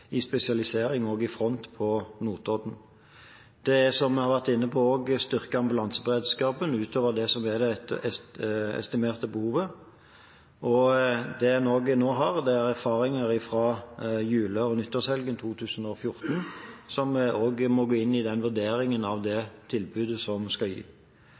i spesialisering også i front på Notodden. En har, som jeg også har vært inne på, styrket ambulanseberedskapen utover det estimerte behovet. Nå har en også erfaringer fra jule- og nyttårshelgen 2014, som også må være med i vurderingen av det tilbudet vi skal gi.